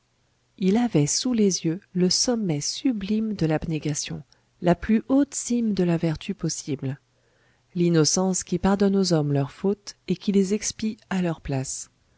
il avait sous les yeux le sommet sublime de l'abnégation la plus haute cime de la vertu possible l'innocence qui pardonne aux hommes leurs fautes et qui les expie à leur place